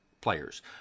players